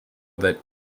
that